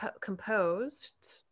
composed